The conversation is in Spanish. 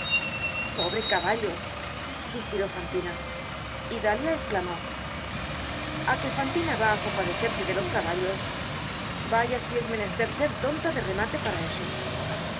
pobre caballo suspiró fantina y dalia esclamó a que fantina va á compadecerse de los caballos vaya si es menester ser tonta de remate para eso en